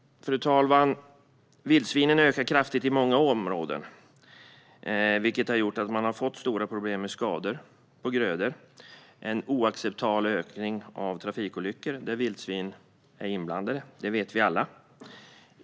Fru talman! Antalet vildsvin har ökat kraftigt i många områden, vilket har gjort att man har fått stora problem med skador på grödor och en oacceptabel ökning av trafikolyckor där vildsvin är inblandade - det vet vi alla.